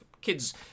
kids